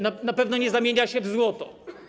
Na pewno nie zamienia się w złoto.